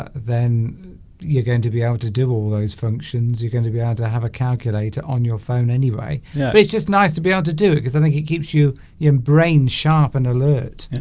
ah then you're going to be able to do all those functions you're going to be able to have a calculator on your phone anyway yeah it's just nice to be able to do it because i think he keeps you your brain sharp and alert